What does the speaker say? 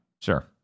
Sure